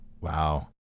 Wow